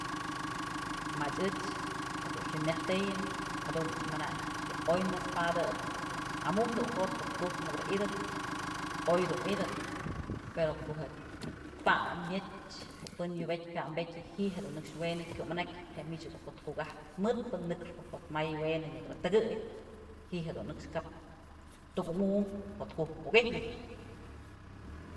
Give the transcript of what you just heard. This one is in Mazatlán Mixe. Ma'a ëch neyb dun xi'im myaj tëyën jadun ëch manayn oy naspadëp amu'un tu'ujot' jotku'uk nëkë i'idëp oy dun i'itëp pero ko'o jedun pa'am myëch ko'o pën yubëtyë pambëtyë y ji'i jedun nëkx wënyë kyumanakyë je'e mich jedu jo'ot ku'uk ajtë mëtpë nëkxpë jotmya wenë nyëkë tëkëy ji'i jedun nëkx kap tukumum jotku'uk muk i'ijpë.